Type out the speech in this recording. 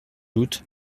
doute